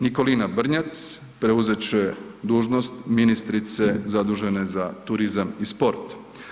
Nikolina Brnjac preuzet će dužnost ministrice zadužene za turizam i sport.